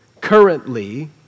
currently